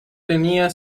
tenía